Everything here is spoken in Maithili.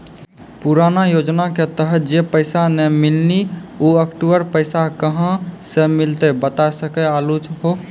पुराना योजना के तहत जे पैसा नै मिलनी ऊ अक्टूबर पैसा कहां से मिलते बता सके आलू हो?